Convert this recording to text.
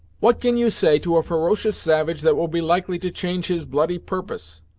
what can you say to a ferocious savage that will be likely to change his bloody purpose!